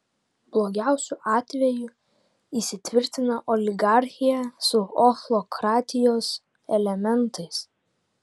blogiausiu atveju įsitvirtina oligarchija su ochlokratijos elementais